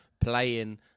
playing